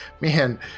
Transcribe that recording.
Man